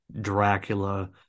Dracula